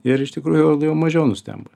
ir iš tikrųjų mažiau nustemba